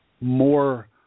more